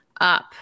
up